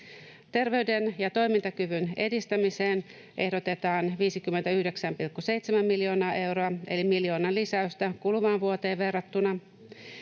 Terveyden ja toimintakyvyn edistämiseen ehdotetaan 59,7 miljoonaa euroa eli miljoonan lisäystä kuluvaan vuoteen verrattuna.